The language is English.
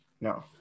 No